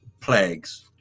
plagues